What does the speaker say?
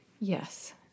Yes